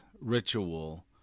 ritual